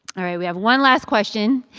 all right. we have one last question.